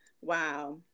wow